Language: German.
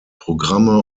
programme